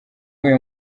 uwuhe